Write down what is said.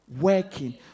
working